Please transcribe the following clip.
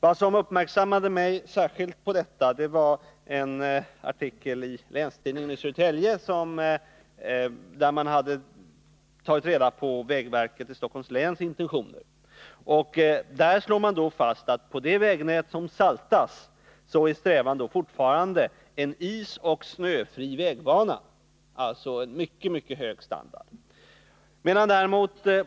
Vad som särskilt gjorde mig uppmärksam på detta var en artikel i Länstidningen i Södertälje, där man redovisade vägverkets i Stockholms län intentioner. Det slås där fast att på det vägnät som saltas är strävan fortfarande en isoch snöfri vägbana, alltså en mycket hög standard.